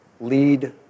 lead